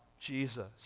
Jesus